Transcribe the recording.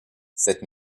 cette